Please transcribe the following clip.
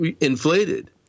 inflated